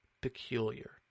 Peculiar